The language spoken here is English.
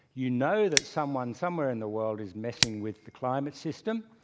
you know that someone somewhere in the world is messing with the climate system.